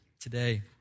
today